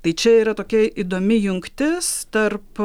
tai čia yra tokia įdomi jungtis tarp